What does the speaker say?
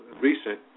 recent